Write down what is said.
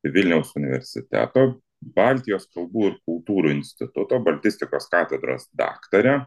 vilniaus universiteto baltijos kalbų ir kultūrų instituto baltistikos katedros daktarę